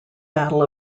battle